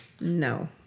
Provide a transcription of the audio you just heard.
No